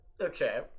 okay